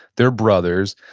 they're brothers,